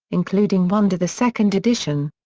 including one to the second edition.